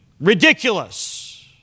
Ridiculous